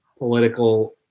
political